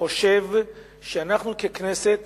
חושב שאנחנו ככנסת